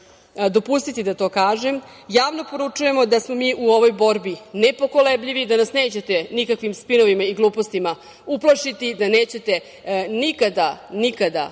dopustiti da to kažem, javno poručujemo da smo mi u ovoj borbi nepokolebljivi, da nas nećete nikakvim spinovima i glupostima uplašiti, da nećete nikada